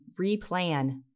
replan